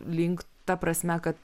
link ta prasme kad